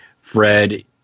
Fred